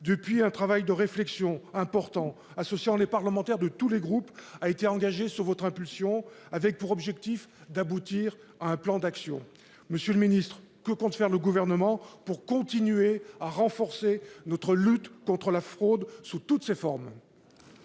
important travail de réflexion, associant les parlementaires de tous les groupes, a été engagé sur votre initiative, l'objectif étant d'aboutir à un plan d'action. Monsieur le ministre, que compte faire le Gouvernement pour continuer de renforcer notre lutte contre la fraude, sous toutes ses formes ?